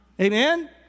Amen